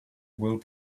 will